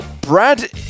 Brad